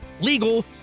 legal